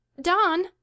Don